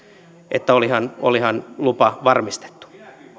että olihan olihan lupa varmistettu